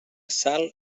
sal